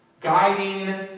guiding